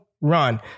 run